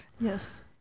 Yes